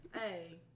Hey